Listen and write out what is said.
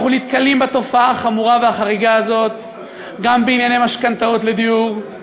אנחנו נתקלים בתופעה החמורה והחריגה הזאת גם בענייני משכנתאות לדיור,